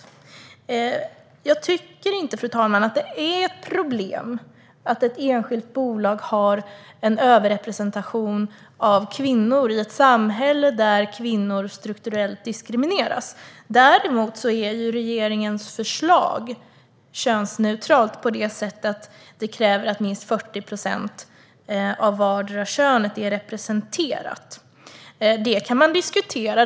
Fru talman! Jag tycker inte att det är ett problem att ett enskilt bolag har en överrepresentation av kvinnor i ett samhälle där kvinnor strukturellt diskrimineras. Däremot är ju regeringens förslag könsneutralt på det sättet att det kräver att minst 40 procent av vartdera könet är representerat. Detta kan man diskutera.